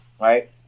right